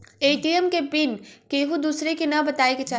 ATM के PIN केहू दुसरे के न बताए के चाही